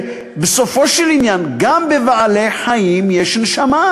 בסופו של עניין גם בבעלי-חיים יש נשמה,